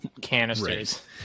canisters